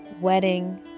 wedding